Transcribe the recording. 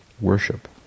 worship